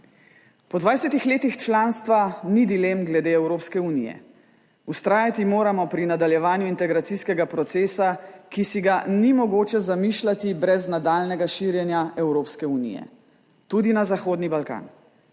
Po 20 letih članstva ni dilem glede Evropske unije. Vztrajati moramo pri nadaljevanju integracijskega procesa, ki si ga ni mogoče zamišljati brez nadaljnjega širjenja Evropske unije, tudi na Zahodni Balkan.